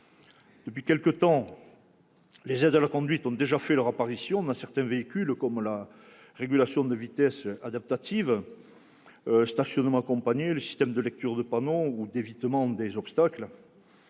Depuis quelque temps, les aides à la conduite ont déjà fait leur apparition dans certains véhicules : régulation de vitesse adaptative, stationnement accompagné, système de lecture des panneaux et d'évitement des obstacles.